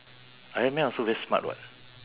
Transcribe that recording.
ironman also very smart [what]